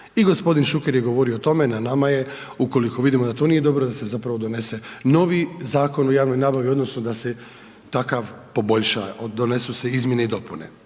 I gospodin Šuker je govorio o tome, na nama je ukoliko vidimo da to nije dobro da se zapravo donese novi Zakon o javnoj nabavi odnosno da se takav poboljša, donesu se izmjene i dopune.